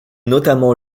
notamment